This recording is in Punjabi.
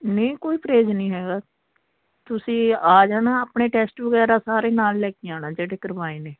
ਨਹੀਂ ਕੋਈ ਪਰਹੇਜ ਨਹੀਂ ਹੈਗਾ ਤੁਸੀਂ ਆ ਜਾਣਾ ਆਪਣੇ ਟੈਸਟ ਵਗੈਰਾ ਸਾਰੇ ਨਾਲ ਲੈ ਕੇ ਆਉਣਾ ਜਿਹੜੇ ਕਰਵਾਏ ਨੇ